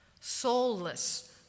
soulless